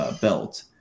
belt